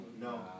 No